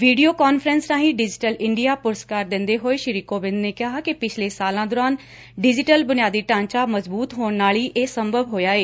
video conference ਰਾਹੀਂ digital India ਪੁਰਸਕਾਰ ਦਿਂਦੇ ਹੋਏ ਸ੍ਰੀ ਕੋਵਿਂਦ ਨੇ ਕਿਹਾ ਕਿ ਪਿਛਲੇ ਸਾਲਾਂ ਦੌਰਾਨ ਡਿਜੀਟਲ ਬੁਨਿਆਦੀ ਢਾਂਚਾ ਮਜ਼ਬੁਤ ਹੋਣ ਨਾਲ ਹੀ ਇਹ ਸੰਭਵ ਹੋਇਆ ਏ